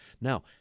Now